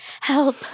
Help